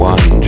One